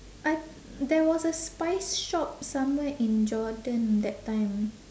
I there was a spice shop somewhere in jordan that time